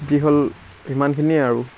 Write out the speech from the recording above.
কি হ'ল সিমানখিনিয়ে আৰু